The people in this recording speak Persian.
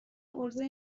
عرضه